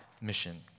mission